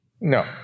No